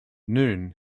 noon